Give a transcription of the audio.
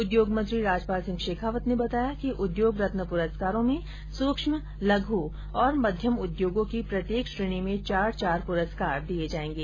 उद्योग मंत्री राजपाल सिंह शेखावत ने बताया कि उद्योग रत्न पुरस्कारों में सूक्ष्म लघु और मध्यम उद्योगों की प्रत्येक श्रेणी में चार चार पुरस्कार दिए जाएंगे